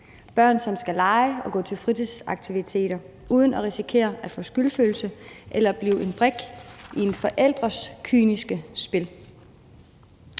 børn, som skal lege og gå til fritidsaktiviteter uden at risikere at få skyldfølelse eller blive en brik i en forælders kyniske spil;